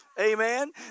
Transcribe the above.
amen